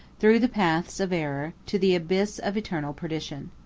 through the paths of error, to the abyss of eternal perdition.